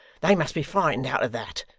they must be frightened out of that.